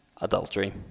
adultery